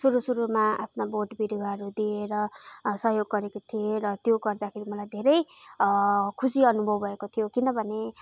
सुरु सुरुमा आफ्ना बोट विरुवाहरू दिएर सहयोग गरेको थिएँ र त्यो गर्दाखेरि मलाई धेरै खुसी अनुभव भएको थियो किनभने